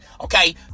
okay